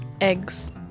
Eggs